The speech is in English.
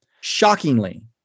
Shockingly